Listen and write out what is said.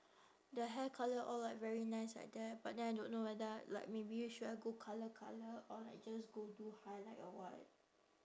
the hair colour all like very nice like that but then I don't know whether like maybe should I go colour colour or like just go do highlight or what